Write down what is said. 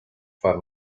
for